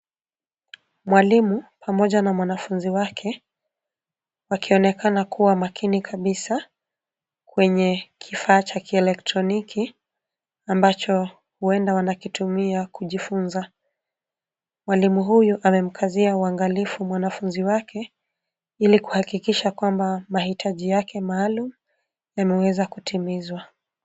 Mwalimu pamoja na mwanafunzi wake, wakionekana kuwa makini kabisa kwenye kifaa cha kielektroniki ambacho huenda wanakitumia kujifunza. Mwalimu huyu amemkazia uangalifu mwanafunzi wake ili kuhakikisha kwamba mahitaji yake maalum yameweza kutimizwa.